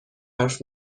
حرف